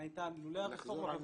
הייתה לולא הרפורמה,